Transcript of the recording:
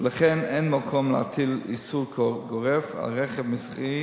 ולכן אין מקום להטיל איסור גורף על רכב מסחרי